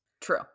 True